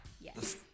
Yes